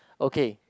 okay